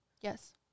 Yes